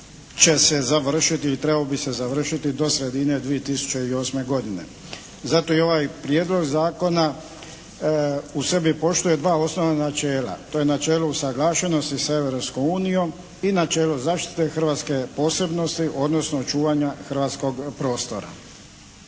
će se završiti i trebao bi se završiti do sredine 2008. godine. Zato i ovaj Prijedlog zakona u sebi poštuje dva osnovna načela. To je načelo usaglašenosti sa Europskom unijom i načelo zaštite hrvatske posebnosti, odnosno čuvanja hrvatskog prostora.